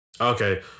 Okay